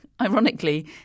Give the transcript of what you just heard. ironically